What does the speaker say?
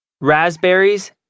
raspberries